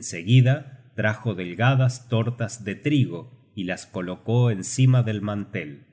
seguida trajo delgadas tortas de trigo y las colocó encima del mantel